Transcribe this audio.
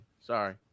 Sorry